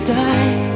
die